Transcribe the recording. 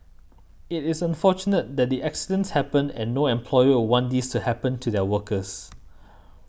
it is unfortunate that the accidents happened and no employer would want these to happen to their workers